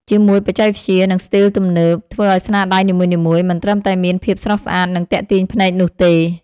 ជាមួយបច្ចេកវិទ្យា និងស្ទីលទំនើប ធ្វើឲ្យស្នាដៃនីមួយៗ មិនត្រឹមតែមានភាពស្រស់ស្អាត និងទាក់ទាញភ្នែកនោះទេ